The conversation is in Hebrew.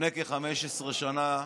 לפני כ-15 שנה.